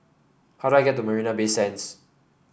how do I get to Marina Bay Sands